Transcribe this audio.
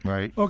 Right